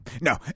No